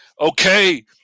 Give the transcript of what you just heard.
Okay